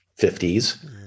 50s